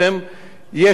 יש תחקיר.